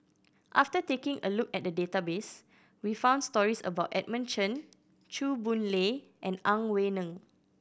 after taking a look at database we found stories about Edmund Chen Chew Boon Lay and Ang Wei Neng